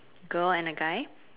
girl and a guy